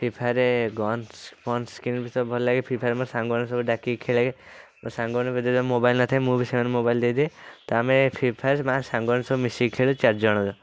free ଫାୟାର୍ରେ guns funs ସବୁ ଭଲ ଲାଗେ ଫ୍ରି ଫାୟାର୍ ମୋ ସାଙ୍ଗମାନଙ୍କୁ ସବୁ ଡାକିକି ଖେଳେ ମୋ ସାଙ୍ଗମାନଙ୍କ ପାଖରେ ମୋବାଇଲ୍ ନ ଥାଏ ମୁଁ ବି ସେମାନଙ୍କୁ ମୋବାଇଲ୍ ଦେଇଦିଏ ତ ଆମେ ଫ୍ରି ଫାୟାର୍ ସାଙ୍ଗମାନଙ୍କ ସହ ମିଶିକି ଖେଳୁ ଚାରି ଜଣ